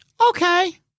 Okay